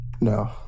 No